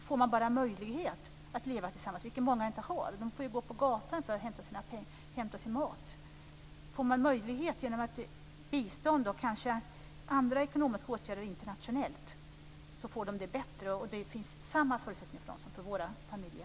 Får man bara möjlighet, genom ett bistånd och kanske genom andra internationella ekonomiska åtgärder, att leva tillsammans även där, vilket många inte har - de får ju gå på gatan för att hämta sin mat - får de det bättre, och det finns samma förutsättningar för dem som för våra familjer.